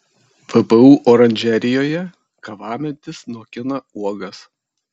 vpu oranžerijoje kavamedis nokina uogas